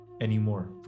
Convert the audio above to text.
anymore